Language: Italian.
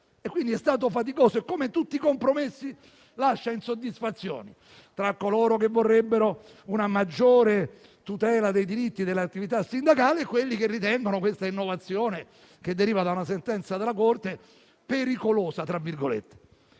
Quindi è stato faticoso e come tutti i compromessi lascia insoddisfazione tra coloro che vorrebbero una maggiore tutela dei diritti dell'attività sindacale e coloro che ritengono questa innovazione, che deriva da una sentenza della Corte, "pericolosa".